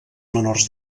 menors